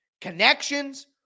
connections